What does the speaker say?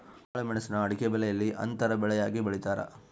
ಕಾಳುಮೆಣುಸ್ನ ಅಡಿಕೆಬೆಲೆಯಲ್ಲಿ ಅಂತರ ಬೆಳೆಯಾಗಿ ಬೆಳೀತಾರ